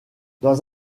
dans